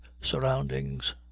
surroundings